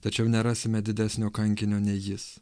tačiau nerasime didesnio kankinio nei jis